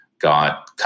Got